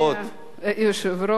אדוני היושב-ראש,